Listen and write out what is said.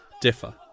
differ